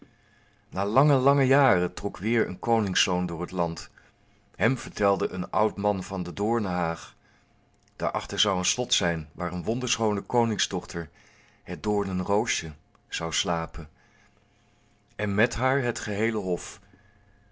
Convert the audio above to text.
na lange lange jaren trok weêr een koningszoon door het land hem vertelde een oud man van de doornhaag daarachter zou een slot zijn waar een wonderschoone koningsdochter het doornenroosje zou slapen en met haar het geheele hof